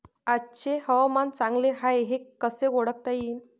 आजचे हवामान चांगले हाये हे कसे ओळखता येईन?